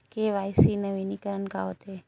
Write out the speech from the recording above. KYC नवीनीकरण का होथे?